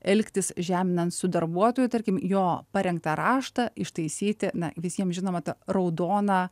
elgtis žeminant su darbuotoju tarkim jo parengtą raštą ištaisyti na visiems žinoma ta raudona